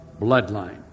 bloodline